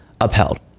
upheld